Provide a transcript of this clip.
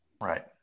Right